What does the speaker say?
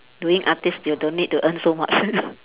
doing artist you don't need to earn so much